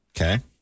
Okay